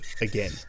again